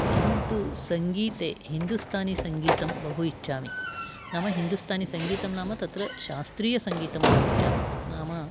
अहं तु सङ्गीते हिन्दूस्थानिसङ्गीतं बहु इच्छामि हिन्दूस्थानिसङ्गीतं नाम शास्त्रीयसङ्गीतं बहु इच्छामि नाम